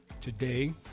Today